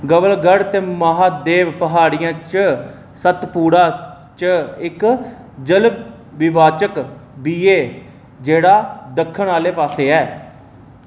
गवलगढ़ ते महादेव प्हाड़ियें च सतपुड़ा च इक जल विभाजक बी ऐ जेह्ड़ा दक्खन आह्ले पासै ऐ